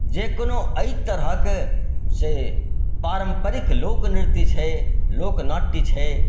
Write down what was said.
जे कोनो एहि तरहक से पारम्परिक लोक नृत्य छै लोक नाट्य छै